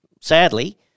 sadly